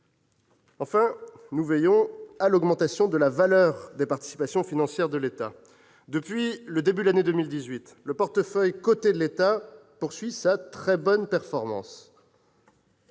Enfin, nous veillons à l'augmentation de la valeur des participations financières de l'État. Depuis le début de cette année, le portefeuille coté de l'État poursuit sa très bonne performance.